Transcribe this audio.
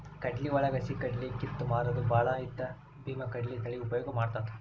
ಕಡ್ಲಿವಳಗ ಹಸಿಕಡ್ಲಿ ಕಿತ್ತ ಮಾರುದು ಬಾಳ ಇದ್ದ ಬೇಮಾಕಡ್ಲಿ ತಳಿ ಉಪಯೋಗ ಮಾಡತಾತ